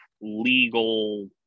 legal